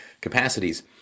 capacities